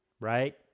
right